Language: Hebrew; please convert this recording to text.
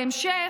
בהמשך,